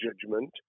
judgment